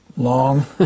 Long